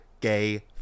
gay